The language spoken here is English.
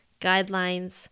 guidelines